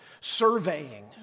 surveying